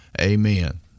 amen